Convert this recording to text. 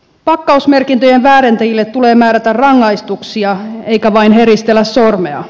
pakkausmerkintöjen väärentäjille tulee määrätä rangaistuksia eikä vain heristellä sormea